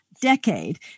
decade